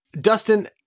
Dustin